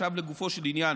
עכשיו לגופו של עניין,